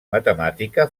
matemàtica